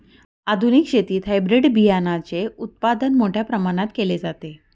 आधुनिक शेतीत हायब्रिड बियाणाचे उत्पादन मोठ्या प्रमाणात केले जाते